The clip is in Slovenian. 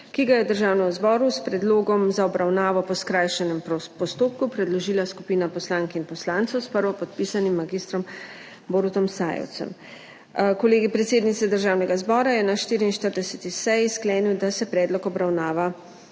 ki ga je Državnemu zboru s predlogom za obravnavo po skrajšanem postopku predložila skupina poslank in poslancev s prvopodpisanim mag. Borutom Sajevcem. Kolegij predsednice Državnega zbora je na 44. seji sklenil, da se predlog obravnava